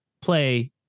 play